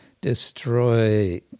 destroy